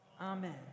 Amen